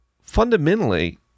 Fundamentally